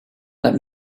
let